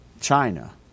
China